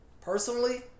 personally